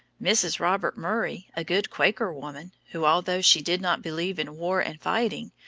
mrs. robert murray, a good quaker woman, who, although she did not believe in war and fighting,